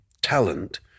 talent